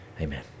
Amen